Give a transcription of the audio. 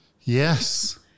yes